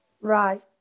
Right